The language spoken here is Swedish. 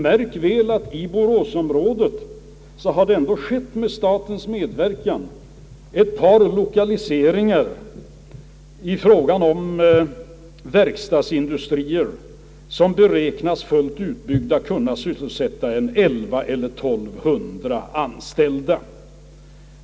Märk väl att i boråsområdet har det ändå med statens medverkan skett ett par lokaliseringar av verkstadsindustrier som beräknas fullt utbyggda kunna sysselsätta 1100—1 200 anställda.